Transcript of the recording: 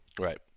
Right